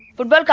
would but get